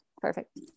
Perfect